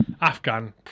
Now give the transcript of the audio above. Afghan